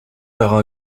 par